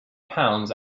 pounds